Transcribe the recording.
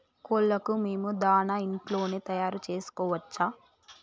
కోళ్లకు మేము దాణా ఇంట్లోనే తయారు చేసుకోవచ్చా?